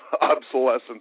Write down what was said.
obsolescence